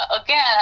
again